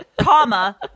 comma